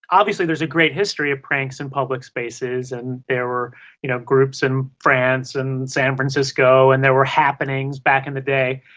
obviously there's a great history of pranks in public spaces and there were you know groups in france and san francisco and there were happenings back in the day.